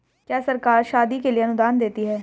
क्या सरकार शादी के लिए अनुदान देती है?